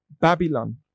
Babylon